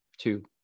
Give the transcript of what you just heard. Two